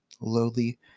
lowly